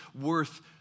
worth